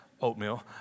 oatmeal